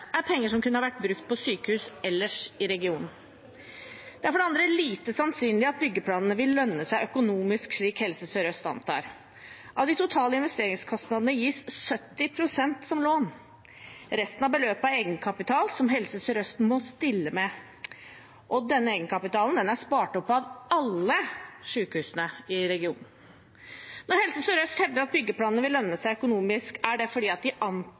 er penger som kunne ha vært brukt på sykehus ellers i regionen. Det er for det andre lite sannsynlig at byggeplanene vil lønne seg økonomisk, slik Helse Sør-Øst antar. Av de totale investeringskostnadene gis 70 pst. som lån. Resten av beløpet er egenkapital som Helse Sør-Øst må stille med, og denne egenkapitalen er spart opp av alle sykehusene i regionen. Når Helse Sør-Øst hevder at byggeplanene vil lønne seg økonomisk, er det fordi de antar at